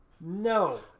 No